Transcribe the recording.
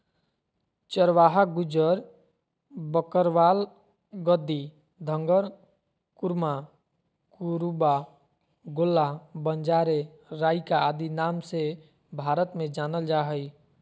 चरवाहा गुज्जर, बकरवाल, गद्दी, धंगर, कुरुमा, कुरुबा, गोल्ला, बंजारे, राइका आदि नाम से भारत में जानल जा हइ